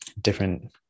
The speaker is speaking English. Different